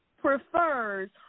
prefers